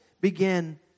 begin